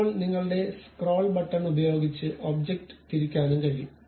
ഇപ്പോൾ നിങ്ങളുടെ scroll button ഉപയോഗിച്ച് ഒബ്ജക്റ്റ് തിരിക്കാനും കഴിയും